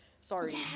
Sorry